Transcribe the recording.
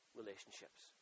relationships